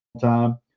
time